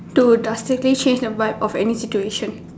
to drastically change the vibe of any situation